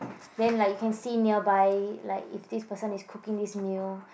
then like you can see nearby like if this person is cooking this meal